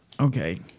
Okay